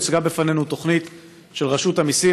הוצגה בפנינו תוכנית של רשות המיסים.